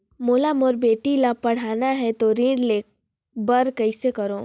मोला मोर बेटी ला पढ़ाना है तो ऋण ले बर कइसे करो